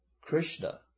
Krishna